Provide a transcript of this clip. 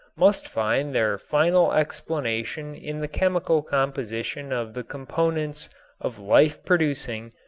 must find their final explanation in the chemical composition of the components of life producing,